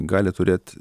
gali turėt